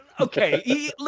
Okay